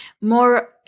more